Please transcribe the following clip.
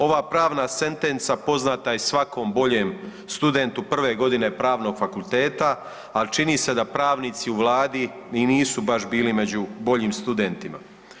Ova pravna sentenca poznata je svakom boljem studentu prve godine Pravnog fakulteta, ali čini se pravnici u Vladi i nisu baš bili među boljim studentima.